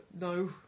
No